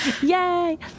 yay